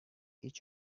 each